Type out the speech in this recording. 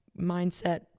mindset